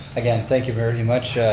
again, thank you very much,